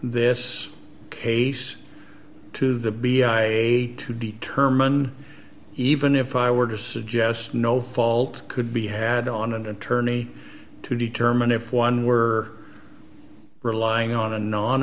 this case to the b i to determine even if i were to suggest no fault could be had on an attorney to determine if one were relying on a non